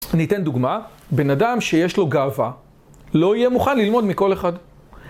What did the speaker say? אני אתן דוגמה, בן אדם שיש לו גאווה, לא יהיה מוכן ללמוד מכל אחד